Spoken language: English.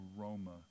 aroma